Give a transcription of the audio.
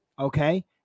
Okay